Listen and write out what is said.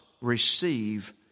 receive